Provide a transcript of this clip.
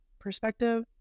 perspective